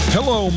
Hello